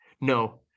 No